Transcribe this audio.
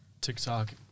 tiktok